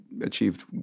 achieved